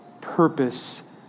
purpose